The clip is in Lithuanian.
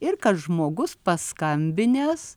ir kad žmogus paskambinęs